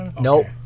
Nope